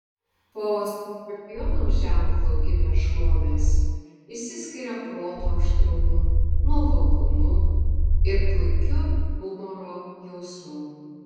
po skorpiono ženklu gimę žmonės išsiskiria proto aštrumu nuovokumu ir puikiu humoro jausmu